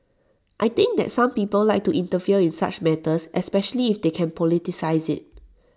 I think that some people like to interfere in such matters especially if they can politicise IT